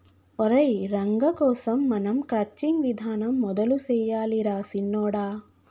ఒరై రంగ కోసం మనం క్రచ్చింగ్ విధానం మొదలు సెయ్యాలి రా సిన్నొడా